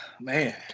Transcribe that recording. man